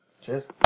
Cheers